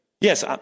Yes